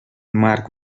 marc